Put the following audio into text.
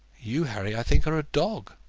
you, harry, i think are a dog.